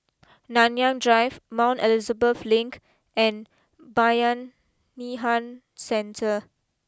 Nanyang Drive Mount Elizabeth Link and Bayanihan Centre